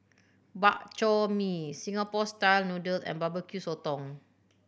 Bak Chor Mee Singapore style noodle and Barbecue Sotong